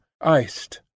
iced